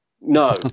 No